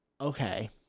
Okay